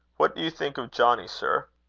what do you think of johnnie, sir?